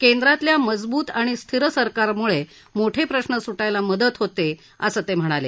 केंद्रातल्या मजबूत आणि स्थिर सरकारम्ळे मोठे प्रश्न स्टायला मदत होते असं ते म्हणाले